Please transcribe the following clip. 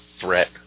Threat